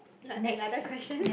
ano~ another question